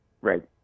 right